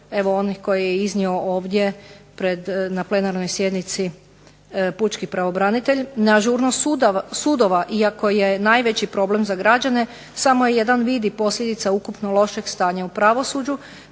onih koje je iznio ovdje na plenarnoj sjednici pučki pravobranitelj, neažurnost sudova, iako je najveći problem za građane, samo jedan vidi posljedica ukupnog lošeg stanja u pravosuđu,